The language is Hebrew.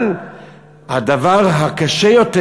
אבל הדבר הקשה יותר,